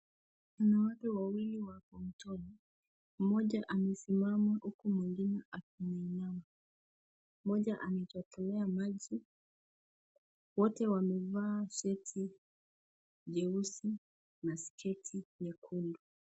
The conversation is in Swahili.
Kuna watu wawili mtoni, mmoja amesimama huku mwengine akinama. Mmoja amewekelea maji, wote wamevaa shati jeusi na sketi nyekundu.